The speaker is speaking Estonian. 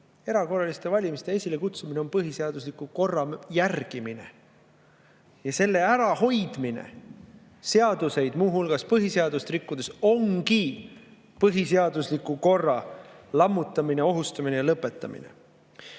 Erakorraliste valimiste esilekutsumine on põhiseadusliku korra järgimine. Selle ärahoidmine seadusi, muu hulgas põhiseadust rikkudes ongi põhiseadusliku korra lammutamine, ohustamine ja lõpetamine.